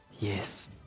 yes